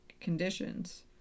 conditions